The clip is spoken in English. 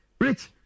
Rich